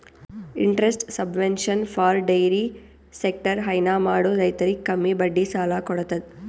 interest subvention for dairy sector ಹೈನಾ ಮಾಡೋ ರೈತರಿಗ್ ಕಮ್ಮಿ ಬಡ್ಡಿ ಸಾಲಾ ಕೊಡತದ್